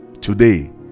today